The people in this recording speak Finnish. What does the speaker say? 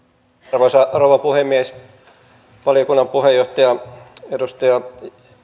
arvoisa rouva puhemies valiokunnan puheenjohtaja edustaja